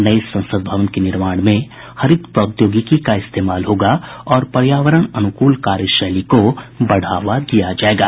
नए संसद भवन के निर्माण में हरित प्रौद्योगिकी का इस्तेमाल होगा और पर्यावरण अनुकूल कार्यशैली को बढ़ावा दिया जाएगा